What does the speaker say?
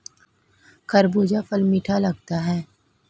खरबूजा फल मीठा लगता है